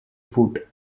foot